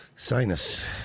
Sinus